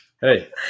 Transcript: Hey